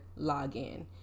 login